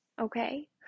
Okay